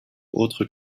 autres